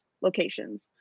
locations